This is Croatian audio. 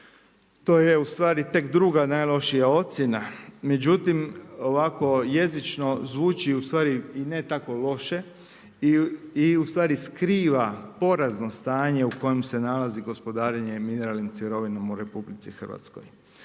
to je ustvari tek druga najlošija ocjena. Međutim, ovako zvuči ustvari i ne tako loše i skriva porazno stanje u kojem se nalazi gospodarenje mineralnim sirovinama u RH. Jer koji